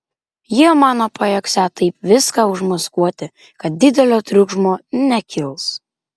jie mano pajėgsią taip viską užmaskuoti kad didelio triukšmo nekils